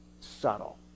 subtle